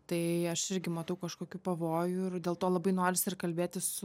tai aš irgi matau kažkokių pavojų ir dėl to labai norisi ir kalbėtis su